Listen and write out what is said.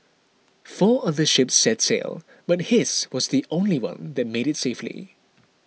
four other ships set sail but his was the only one that made it safely